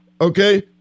Okay